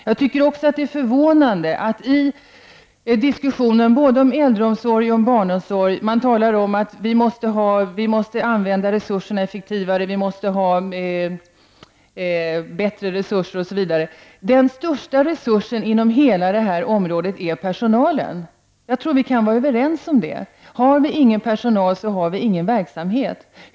Jag tycker också att det är förvånande att man i diskussioner om både äldreomsorgen och barnomsorgen talar om att vi måste få bättre resurser och använda dessa bättre. Den största resursen inom hela detta område är personalen. Jag tror att vi kan vara överens om att har vi ingen personal, så har vi heller ingen verksamhet.